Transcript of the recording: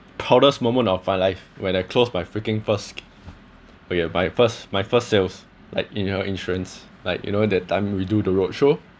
proudest moment of my life when I closed my freaking first okay my first my first sales like in your insurance like you know that time when we do the roadshow